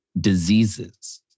diseases